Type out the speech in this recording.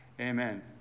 amen